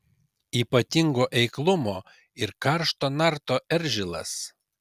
ypatingo eiklumo ir karšto narto eržilas